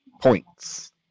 points